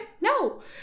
No